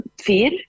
fear